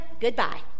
Goodbye